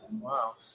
Wow